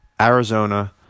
Arizona